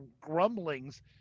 grumblings